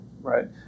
right